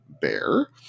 Bear